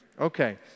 Okay